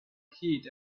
heat